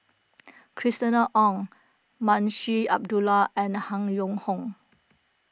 Christina Ong Munshi Abdullah and Han Yong Hong